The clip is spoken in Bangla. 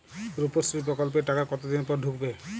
রুপশ্রী প্রকল্পের টাকা কতদিন পর ঢুকবে?